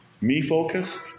me-focused